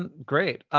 and great.